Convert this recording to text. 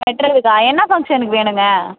வெட்டுறதுக்கா என்ன ஃபங்க்ஷனுக்கு வேணுங்க